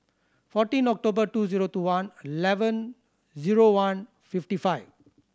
fourteen October two zero two one eleven zero one fifty five